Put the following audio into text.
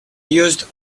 used